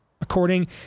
According